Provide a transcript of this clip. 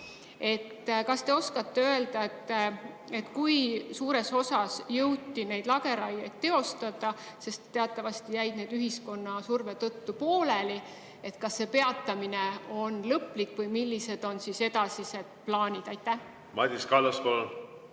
Kas te oskate öelda, kui suures osas jõuti neid lageraieid teostada, sest teatavasti jäid need ühiskonna surve tõttu pooleli? Kas see peatamine on lõplik või millised on edasised plaanid? Madis Kallas, palun!